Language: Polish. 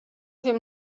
wiem